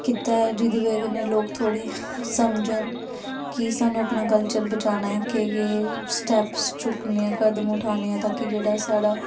कीता जेह्दी वजह कन्नै लोक थोह्ड़े समझन कि सानूं अपना कल्चर बचाना ऐ केह् केह् स्टेप्स चुक्कने कदम उठाने ऐ ता कि जेह्ड़ा साढ़ा